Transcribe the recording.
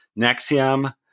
Nexium